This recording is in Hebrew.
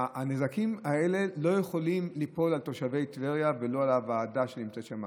הנזקים האלה לא יכולים ליפול על תושבי טבריה ולא על הוועדה שנמצאת שם.